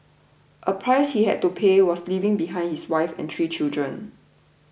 a price he had to pay was leaving behind his wife and three children